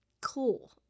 Cool